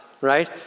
right